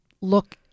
look